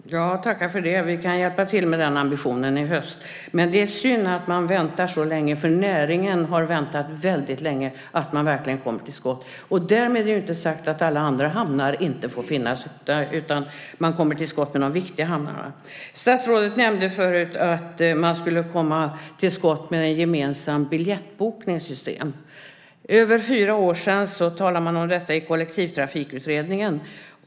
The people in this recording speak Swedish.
Fru talman! Tack för det. Vi kan hjälpa till med den ambitionen i höst. Men det är synd att man väntar så länge, för näringen har väntat väldigt länge på att man verkligen ska komma till skott. Därmed är ju inte sagt att alla andra hamnar inte får finnas, men man kommer till skott när det gäller de viktiga hamnarna. Statsrådet nämnde förut att det skulle bli ett gemensamt biljettbokningssystem. För över fyra år sedan talade man om detta i Kollektivtrafikutredningen.